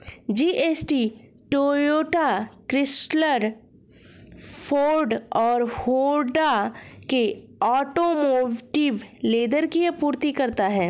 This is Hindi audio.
जी.एस.टी टोयोटा, क्रिसलर, फोर्ड और होंडा के ऑटोमोटिव लेदर की आपूर्ति करता है